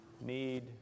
need